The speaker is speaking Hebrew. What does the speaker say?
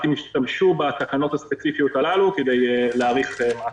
השתמשו בתקנות הספציפיות הללו כדי להאריך מעצר.